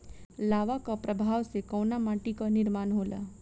लावा क प्रवाह से कउना माटी क निर्माण होला?